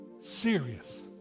serious